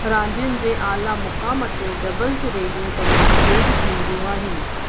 रांदियुनि जे आला मुकाम ते डबल्स रैलियूं तमामु तेज़ु थींदियूं आहिनि